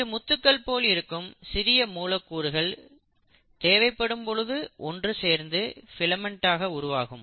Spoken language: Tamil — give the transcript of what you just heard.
சிறு முத்துக்கள் போல் இருக்கும் சிறிய மூலக்கூறுகள் தேவைப்படும் பொழுது ஒன்றுசேர்ந்து ஃபிலமெண்ட்டாக உருவாகும்